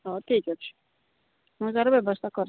ହଉ ଠିକ୍ ଅଛି ମୁଁ ତା'ର ବ୍ୟବସ୍ଥା କରିଦେବି